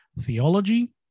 theology